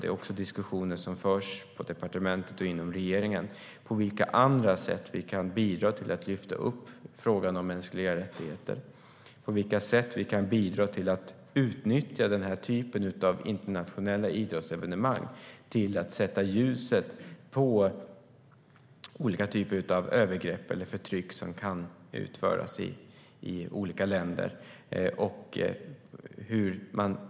Det förs också diskussioner på departementet och inom regeringen om på vilka andra sätt vi kan bidra till att lyfta upp frågan om mänskliga rättigheter och på vilka sätt vi kan utnyttja den här typen av internationella idrottsevenemang till att sätta ljuset på olika typer av övergrepp eller förtryck som sker i olika länder.